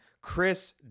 Chris